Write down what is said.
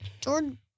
Jordan